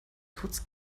kurz